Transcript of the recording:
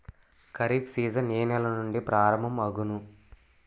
Kharif season ఏ నెల నుండి ప్రారంభం అగును?